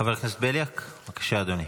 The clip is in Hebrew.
חבר הכנסת בליאק, בבקשה, אדוני.